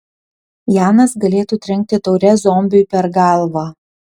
janas galėtų trenkti taure zombiui per galvą